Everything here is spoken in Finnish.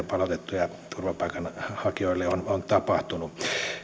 palautetuille turvapaikanhakijoille on on tapahtunut